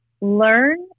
learn